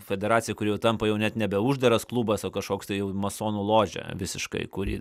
federacija kuri jau tampa jau net nebe uždaras klubas o kažkoks tai jau masonų lože visiškai kuri